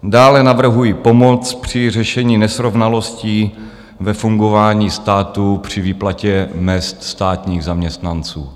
Dále navrhuji pomoc při řešení nesrovnalostí ve fungování státu při výplatě mezd státních zaměstnanců.